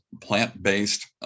plant-based